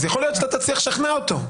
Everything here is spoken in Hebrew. אז יכול להיות שאתה תצליח לשכנע אותו.